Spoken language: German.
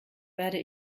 werde